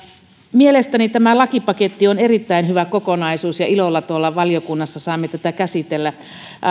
mielestäni tämä lakipaketti on erittäin hyvä kokonaisuus ja ilolla tuolla valiokunnassa saamme tätä käsitellä